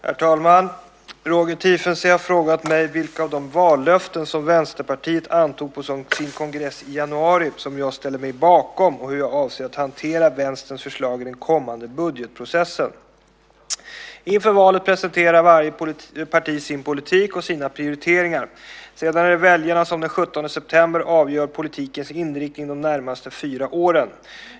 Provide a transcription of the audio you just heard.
Herr talman! Roger Tiefensee har frågat mig vilka av de vallöften som Vänsterpartiet antog på sin kongress i januari som jag ställer mig bakom och hur jag avser att hantera Vänsterns förslag i den kommande budgetprocessen. Inför valet presenterar varje parti sin politik och sina prioriteringar. Sedan är det väljarna som den 17 september avgör politikens inriktning de närmaste fyra åren.